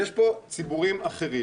יש פה ציבורים אחרים,